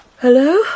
Hello